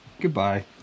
goodbye